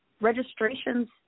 registrations